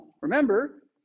remember